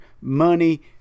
money